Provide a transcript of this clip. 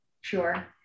Sure